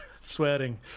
swearing